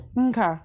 Okay